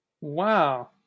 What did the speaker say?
Wow